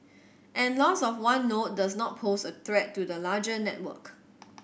and loss of one node does not pose a threat to the larger network